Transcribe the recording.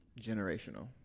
generational